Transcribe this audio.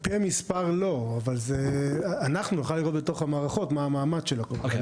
לפי המספר לא אבל אנחנו נוכל לראות בתוך המערכות מה המעמד שלהם.